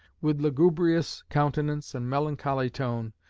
with lugubrious countenance and melancholy tone,